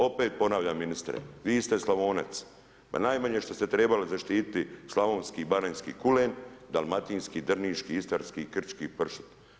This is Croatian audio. Opet ponavljam ministre, vi ste Slavonac, pa najmanje što ste trebali zaštititi slavonski i baranjski kulen, dalmatinski, drniški, istarski i krčki pršut.